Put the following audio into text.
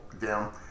down